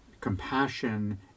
compassion